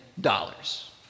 dollars